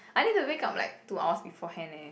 I need to wake up like two hours beforehand eh